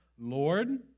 Lord